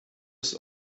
ist